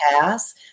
pass